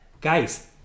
Guys